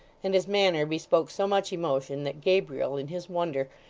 and his manner bespoke so much emotion, that gabriel, in his wonder,